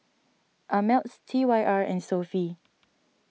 Ameltz T Y R and Sofy